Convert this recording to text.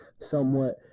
somewhat